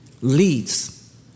leads